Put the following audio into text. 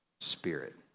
spirit